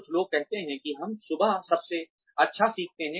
कुछ लोग कहते हैं कि हम सुबह सबसे अच्छा सीखते हैं